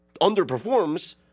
underperforms